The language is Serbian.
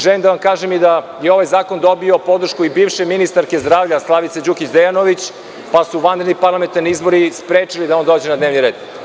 Želim da vam kažem da je ovaj zakon dobio podršku i od bivše ministarke zdravlja Slavice Đukić Dejanović, pa su vanredni parlamentarni izbori sprečili da on dođe na dnevni red.